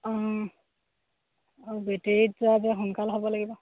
অঁ অঁ বেটেৰীত সোনকাল হ'ব লাগিব